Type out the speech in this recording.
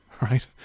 right